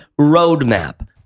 roadmap